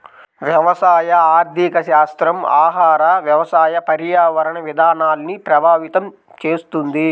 వ్యవసాయ ఆర్థికశాస్త్రం ఆహార, వ్యవసాయ, పర్యావరణ విధానాల్ని ప్రభావితం చేస్తుంది